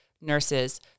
nurses